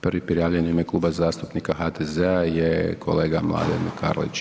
Prvi prijavljeni u ime Kluba zastupnika HDZ-a je kolega Mladen Karlić.